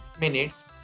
minutes